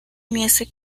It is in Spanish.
music